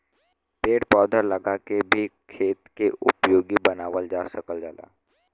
पेड़ पौधा लगा के भी खेत के उपयोगी बनावल जा सकल जाला